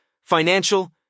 financial